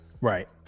Right